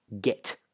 get